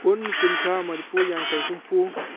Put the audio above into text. ꯀꯨꯟ ꯀꯨꯟꯊ꯭ꯔꯥ ꯃꯔꯤꯐꯨ ꯌꯥꯡꯈꯩ ꯍꯨꯝꯐꯨ